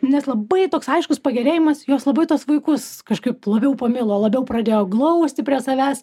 nes labai toks aiškus pagerėjimas jos labai tuos vaikus kažkaip labiau pamilo labiau pradėjo glausti prie savęs